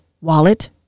wallet